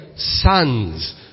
Sons